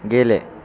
गेले